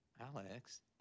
Alex